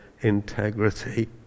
integrity